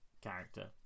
character